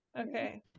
okay